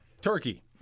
Turkey